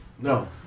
No